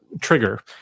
trigger